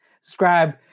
subscribe